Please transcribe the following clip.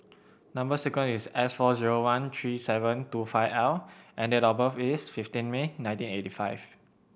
number sequence is S four zero one three seven two five L and date of birth is fifteen May nineteen eighty five